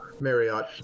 Marriott